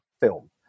film